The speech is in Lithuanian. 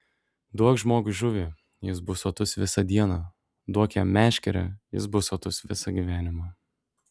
duok žmogui žuvį jis bus sotus visą dieną duok jam meškerę jis bus sotus visą gyvenimą